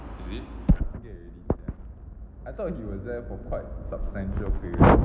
is it okay really sia I thought he was there for quite substantial period